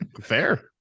Fair